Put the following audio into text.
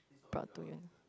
got to